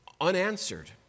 unanswered